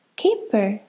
keeper